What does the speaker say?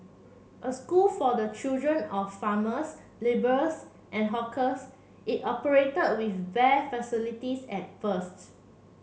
a school for the children of farmers labourers and hawkers it operated with bare facilities at first